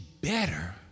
better